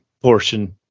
portion